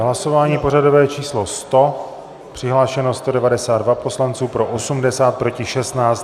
Hlasování pořadové číslo 100, přihlášeno 192 poslanců, pro 80, proti 16.